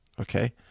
Okay